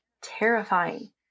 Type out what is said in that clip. terrifying